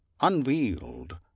unveiled